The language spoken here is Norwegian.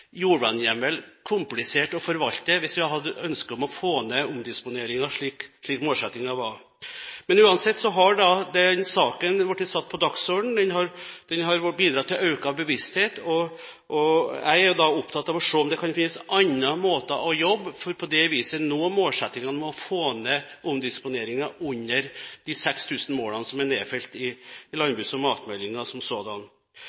komplisert å forvalte hvis vi hadde ønske om å få ned omdisponeringen, slik målsettingen var. Uansett har den saken blitt satt på dagsordenen. Den har bidratt til økt bevissthet. Jeg er da opptatt av å se på om det kan finnes andre måter å jobbe på, for på det viset å nå målsettingen om å få ned omdisponeringer under de 6 000 målene som er nedfelt i landbruks- og matmeldingen som sådan.